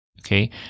okay